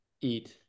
eat